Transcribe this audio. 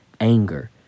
anger